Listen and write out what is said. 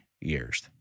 years